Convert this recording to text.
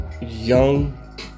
young